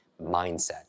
mindset